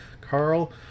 Carl